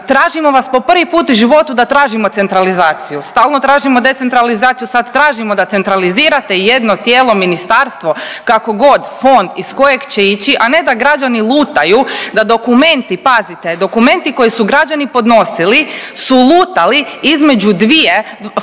tražimo vas po prvi put u životu da tražimo centralizaciju, stalno tražimo decentralizaciju, sad tražimo da centralizirate jedno tijelo ministarstvo, kako god, fond iz kojeg će ići, a ne da građani lutaju, da dokumenti, pazite, dokumenti koje su građani podnosili su lutali između dvije, fonda